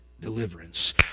deliverance